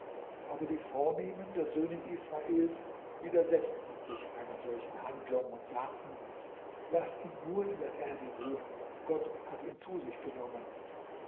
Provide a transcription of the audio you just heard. aber die vornehmen der söhne israels widersetzten sich einer solchen handlung und sagten laß ihn nun in der erde ruhen gott hat ihn zu sich genommen